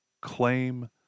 claim